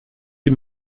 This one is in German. die